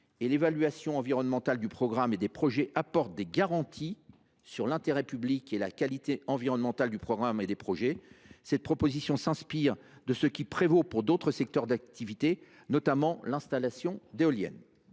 et l’évaluation environnementale du programme et des projets apportent des garanties sur leur intérêt public et leur qualité environnementale. Cette proposition s’inspire de ce qui prévaut dans d’autres secteurs d’activité, comme l’installation d’éoliennes.